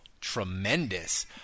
tremendous